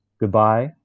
Goodbye